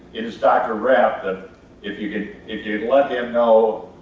it is dr. rapp that if you'd if you'd let him know